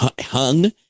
hung